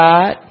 God